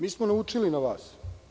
Mi smo naučili na vas.